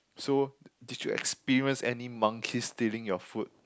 so did you experience any monkeys stealing your food